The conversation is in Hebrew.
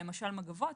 מגבות.